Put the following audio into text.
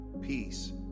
peace